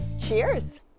Cheers